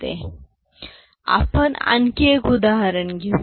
आपण आणखी एक उदाहरण घेऊया